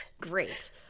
great